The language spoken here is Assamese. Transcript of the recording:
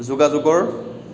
যোগাযোগৰ